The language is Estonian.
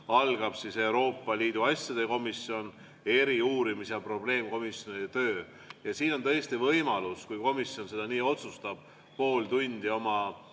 algab Euroopa Liidu asjade komisjoni, eri-, uurimis- ja probleemkomisjonide töö. Ja siin on tõesti võimalus, kui komisjon seda nii otsustab, pool tundi oma